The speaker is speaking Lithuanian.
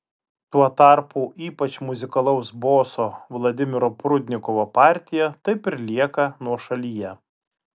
tuo tarpu ypač muzikalaus boso vladimiro prudnikovo partija taip ir lieka nuošalyje